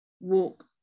walk